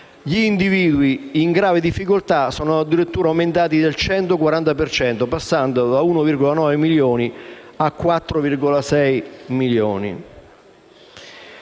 Gli individui in grave difficoltà sono addirittura aumentati del 140 per cento, passando da 1,9 milioni a 4,6 milioni.